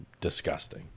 disgusting